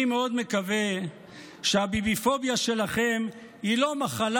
אני מאוד מקווה שהביביפוביה שלכם היא לא מחלה